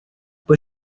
but